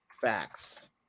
facts